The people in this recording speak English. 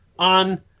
on